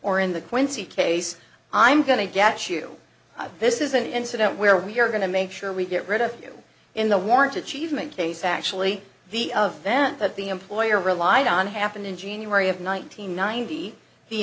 or in the quincy case i'm going to get to this is an incident where we're going to make sure we get rid of you in the warrant achievement case actually the of then that the employer relied on happened in january of nineteen ninety the